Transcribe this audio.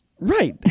Right